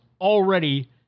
already